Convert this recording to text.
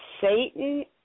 Satan